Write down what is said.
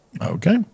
Okay